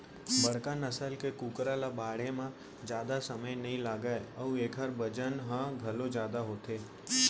बड़का नसल के कुकरा ल बाढ़े म जादा समे नइ लागय अउ एकर बजन ह घलौ जादा होथे